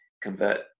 convert